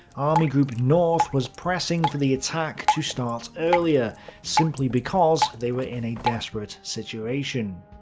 army group north was pressing for the attack to start earlier simply because they were in a desperate situation.